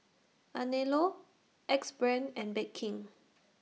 Anello Axe Brand and Bake King